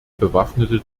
bewaffnete